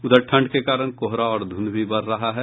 उधर ठंड के कारण कोहरा और ध्रंध भी बढ़ रहा है